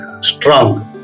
strong